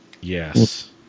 Yes